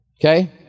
Okay